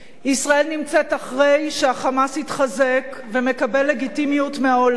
ישראל נמצאת אחרי שה"חמאס" התחזק ומקבל לגיטימיות מהעולם,